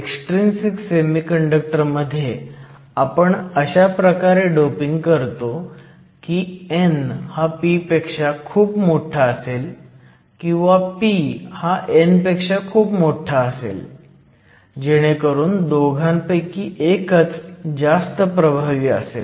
extrinsic semiconductor मध्ये आपण अशा प्रकारे डोपिंग करतो की n हा p पेक्षा खूप मोठा असेल किंवा p हा n पेक्षा खूप मोठा असेल जेणेकरून दोघांपैकी एकच जास्त प्रभावी असेल